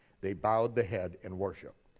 they bowed the head and worshiped.